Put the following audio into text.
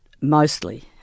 mostly